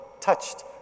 touched